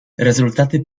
rezultaty